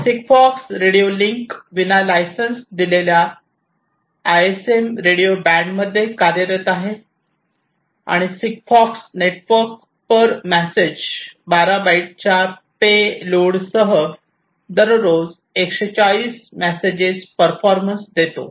Sigfox radio link विना licence दिलेल्या ISM radio बँडमध्ये कार्यरत आहे आणि सिग्फॉक्स नेटवर्क पर मेसेज 12 बाइटच्या पेलोडसह दररोज 140 मेसेजची परफॉर्मन्स देतो